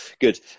Good